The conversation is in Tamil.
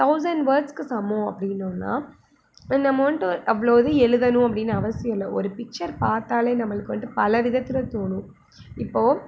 தௌசண்ட் வேர்ட்ஸுக்கு சமம் அப்படின்னோம்னா நம்ம வந்துட்டு ஒரு அவ்வளோது எழுதணும் அப்படின்னு அவசியம் இல்லை ஒரு பிக்ச்சர் பார்த்தாலே நம்மளுக்கு வந்துட்டு பல விதத்தில் தோணும் இப்போது